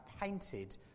painted